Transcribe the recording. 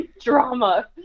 drama